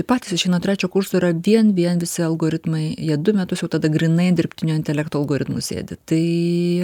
patys išeina nuo trečio kurso yra vien vien visi algoritmai jie du metus jau tada grynai an dirbtinio intelekto algoritmų sėdi tai